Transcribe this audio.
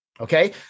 Okay